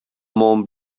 mont